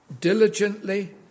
diligently